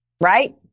right